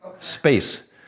space